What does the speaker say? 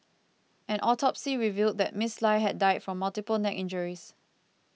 an autopsy revealed that Miss Lie had died from multiple neck injuries